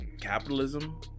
capitalism